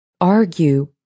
argue